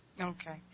Okay